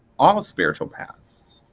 all spiritual paths.